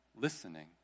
listening